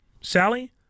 Sally